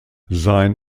sein